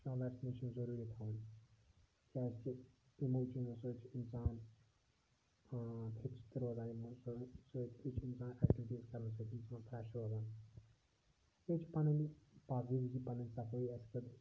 اَتھ چھِ پٮ۪وان ویٚکسِنیشَن ضروٗری تھاوٕنۍ کیٛازِکہِ یِاِمَو چیٖزَو سۭتۍ چھُ اِنسان فِٹ تہِ روزان یِمَو سۭتۍ سٍتی چھِ اِنسان ایکٹِوٹیٖز کَرنہٕ سۭتۍ اِنسان فرٛیش روزان بیٚیہِ چھِ پَنٕنۍ پاکیٖزگی پَنٕنۍ صفٲیی اَسہِ خٲطرٕ